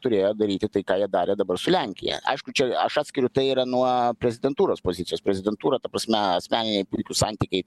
turėjo daryti tai ką jie darė dabar su lenkija aišku čia aš atskiriu tai yra nuo prezidentūros pozicijos prezidentūra ta prasme asmeniniai santykiai